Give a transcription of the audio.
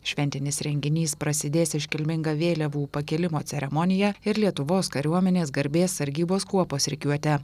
šventinis renginys prasidės iškilminga vėliavų pakėlimo ceremonija ir lietuvos kariuomenės garbės sargybos kuopos rikiuote